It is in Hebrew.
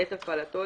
בעת הפעלתו,